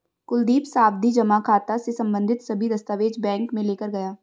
कुलदीप सावधि जमा खाता से संबंधित सभी दस्तावेज बैंक में लेकर गया